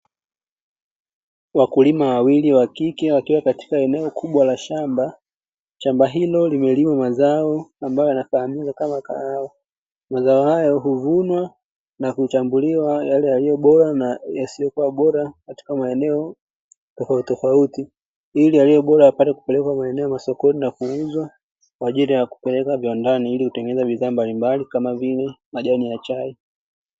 Wakuliwa wawili wa kike wakiwa katika eneo kubwa la shamba shamba hilo lime limwa mazao ambayo yanafahamikayo kama kahawa. Mazao haya huvunwa na kuchambuliwa yale yaliyo bora na yasiyokuwa bora katika maeneo tofauti tofauti. Ili yaliyo bora yapate kupelekwa maeneo masokoni na kuuzwa kwa ajili ya kupeleka viwandani ili utengeneze bidhaa mbalimbali kama vile majani ya chai.